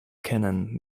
kennen